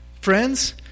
Friends